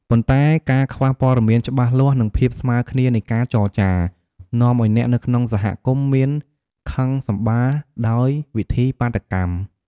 ប៉ុន្តែការខ្វះព័ត៌មានច្បាស់លាស់និងភាពស្មើរគ្នានៃការចរចា នាំឲ្យអ្នកនៅក្នុងសហគមន៍មានខឹងសម្បារដោយវិធីបាតុកម្ម។